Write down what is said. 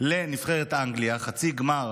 לנבחרת אנגליה, חצי גמר